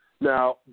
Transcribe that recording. Now